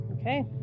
Okay